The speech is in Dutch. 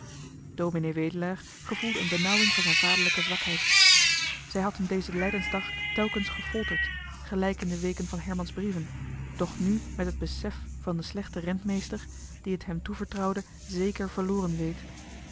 ds wedelaar gevoelde een benauwing van zijn vaderlijke zwakheid zij had hem dezen lijdensdag telkens gefolterd gelijk in de weken van herman's brieven doch nu met het besef van den slechten rentjohan de meester de zonde in het deftige dorp meester die het hem toevertrouwde zeker verloren weet